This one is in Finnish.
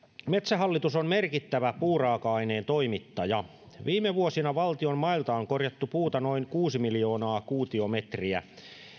metsähallitus on merkittävä puuraaka aineen toimittaja viime vuosina valtion mailta on korjattu puuta noin kuusi miljoonaa kuutiometriä